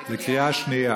בקריאה שנייה.